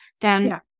then-